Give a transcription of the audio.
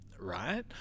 right